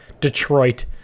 Detroit